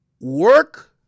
Work